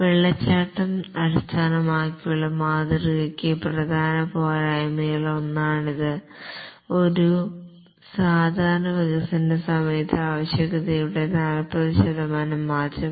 waterfall അടിസ്ഥാനമാക്കിയുള്ള മാതൃകക്ക് പ്രധാന പോരായ്മയിൽ ഒന്നാണിത് ഒരു സാധാരണ വികസന സമയത്ത് ആവശ്യകതയുടെ 40 ശതമാനം മാറ്റം